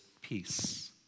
peace